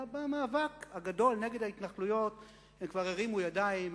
מהמאבק הגדול נגד ההתנחלויות הם כבר הרימו ידיים,